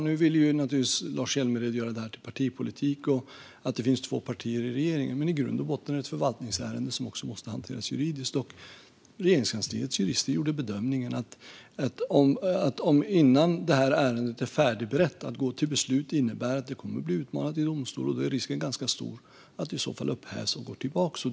Nu vill naturligtvis Lars Hjälmered göra det här till partipolitik och en fråga om att det finns två partier i regeringen. Men i grund och botten är det ett förvaltningsärende som måste hanteras juridiskt. Regeringskansliets jurister gjorde bedömningen att ett beslut innan ärendet är färdigberett innebär att det kommer att bli utmanat i domstol. Risken är då ganska stor att det upphävs och går tillbaka.